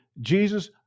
Jesus